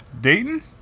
Dayton